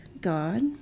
God